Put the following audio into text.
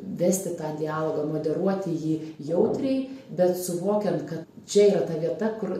vesti tą dialogą moderuoti jį jautriai bet suvokiant kad čia yra ta vieta kur